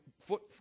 foot